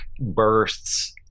bursts